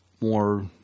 more –